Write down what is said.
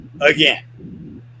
again